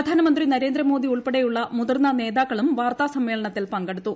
പ്രധാനമന്ത്രി നരേന്ദ്രമോദി ഉൾപ്പെടെയുള്ള മുതിർന്ന നേതാക്കളും വാർത്താ സമ്മേളനത്തിൽ പങ്കെടുത്തു